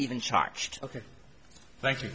even charged ok thank you